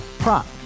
Prop